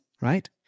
right